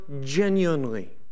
genuinely